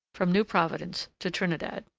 from new providence to trinidad.